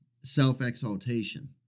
self-exaltation